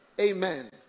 Amen